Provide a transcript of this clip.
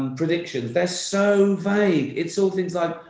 predictions, they're so vague. it's all things like,